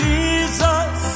Jesus